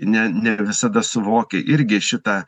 ne ne visada suvokia irgi šitą